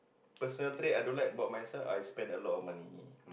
personal trait I don't like about myself I spend a lot of money